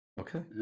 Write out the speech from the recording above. Okay